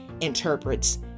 interprets